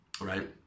right